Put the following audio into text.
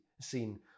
scene